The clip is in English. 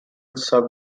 sub